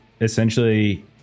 essentially